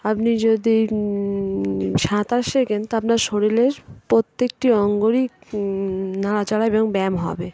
আপনি যদি সাঁতার শেখেন তাো আপনার শরীরের প্রত্যেকটি অঙ্গরই নাড়াচড়া এবং ব্যায়াম হবে